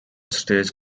stage